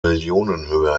millionenhöhe